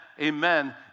Amen